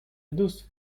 reduced